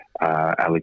Alex